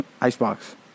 Icebox